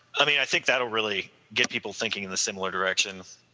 i mean, i think that will really get people thinking in the similar directions.